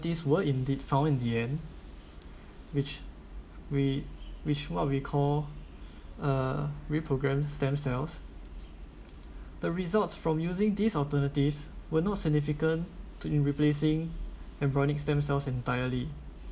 this were indeed found in the end which way which what we call uh reprogrammed stem cells the results from using these alternatives were not significant to in replacing embryonic stem cells entirely